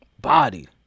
body